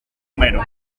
homero